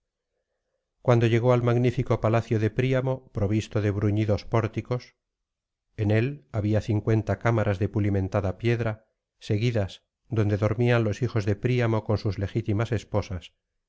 cuando llegó al magnífico palacio de príamo provisto de bruñidos pórticos en él había cincuenta cámaras de pulimentada piedra seguidas donde dormían los hijos de príamo con sus legítimas esposas